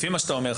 לפי מה שאתה אומר,